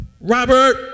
Robert